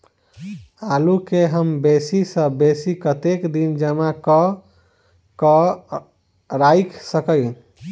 आलु केँ हम बेसी सऽ बेसी कतेक दिन जमा कऽ क राइख सकय